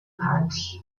pads